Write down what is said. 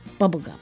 Bubblegum